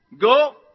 Go